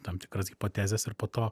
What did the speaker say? tam tikras hipotezes ir po to